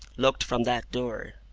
looked from that door,